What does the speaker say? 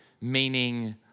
meaning